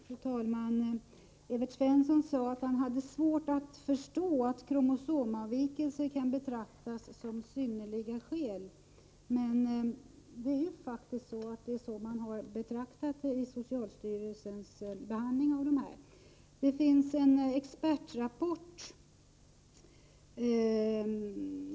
Fru talman! Evert Svensson sade att han hade svårt att förstå att kromosomavvikelser kunde betraktas som synnerliga skäl. Men det har faktiskt socialstyrelsen gjort i sin behandling av denna fråga.